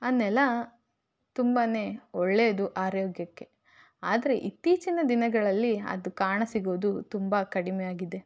ಆ ನೆಲ ತುಂಬಾ ಒಳ್ಳೆಯದು ಆರೋಗ್ಯಕ್ಕೆ ಆದರೆ ಇತ್ತೀಚಿನ ದಿನಗಳಲ್ಲಿ ಅದು ಕಾಣಸಿಗೋದು ತುಂಬ ಕಡಿಮೆಯಾಗಿದೆ